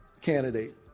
candidate